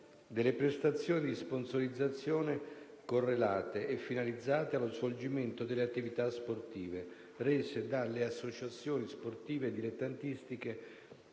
delle prestazioni di sponsorizzazione correlate e finalizzate allo svolgimento delle attività sportive rese dalle associazioni sportive dilettantistiche